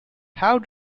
how